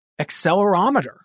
accelerometer